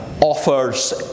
offers